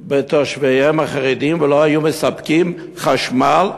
בתושביהם החרדים ולא היו מספקים חשמל,